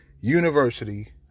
University